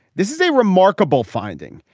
this is a remarkable finding,